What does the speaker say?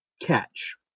catch